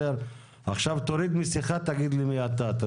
עכשיו תוריד מסכה ותגיד לי מי אתה.